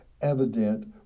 evident